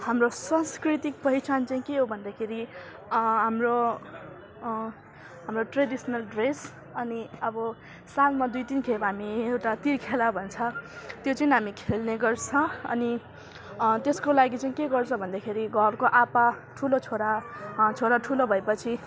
हाम्रो सांस्कृतिक पहिचान चाहिँ के हो भन्दाखेरि हाम्रो ट्रेडिसनल ड्रेस अनि अब सालमा दुई तिनखेप हामी एउटा तिर खेला भन्छ त्यो जुन हामी खेल्ने गर्छ अनि त्यसको लागि चाहिँ के गर्छ भन्दाखेरि घरको आपा ठुलो छोरा छोरा ठुलो भएपछि